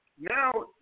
now